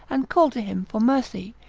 and call to him for mercy,